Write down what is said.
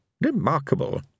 Remarkable